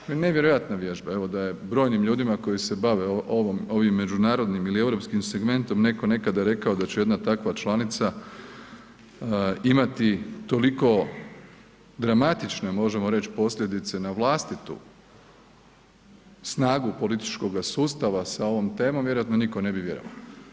To je nevjerojatna vježba, evo da je brojnim ljudima koji se bave ovim međunarodnim ili europskim segmentom neko nekada rekao da će jedna takva članica imati toliko dramatične, možemo reći, posljedice na vlastitu snagu političkoga sustava sa ovom temom, vjerojatno nitko ne bi vjerovao.